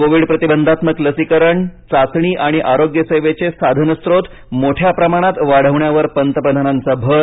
Covid प्रतिबंधात्मक लसीकरणचाचणी आणि आरोग्य सेवेचे साधनस्रोत मोठ्या प्रमाणात वाढवण्यावर पंतप्रधानांचा भर